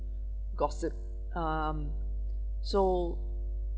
gossip um so